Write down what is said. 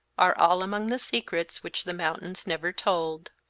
are all among the secrets which the mountains never told.